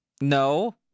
No